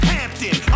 Hampton